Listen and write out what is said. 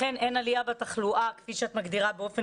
לכן אין עלייה בתחלואה כפי שאת מגדירה באופן